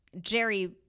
Jerry